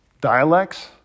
dialects